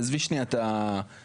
עזבי שנייה את הדיוק.